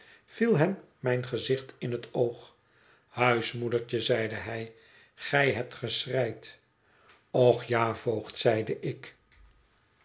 viel hem mijn gezicht in het oog huismoedertje zeide hij gij hebt geschreid och ja voogd zeide ik